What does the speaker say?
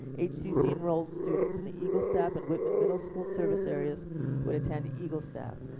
hcc enrolled students in the eagle staff and whitman middle school service areas will attend eagle staff.